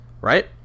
right